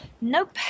Nope